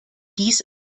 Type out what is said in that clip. dies